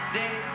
day